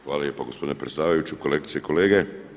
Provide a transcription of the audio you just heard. Hvala lijepa gospodine predsjedavajući, kolegice i kolege.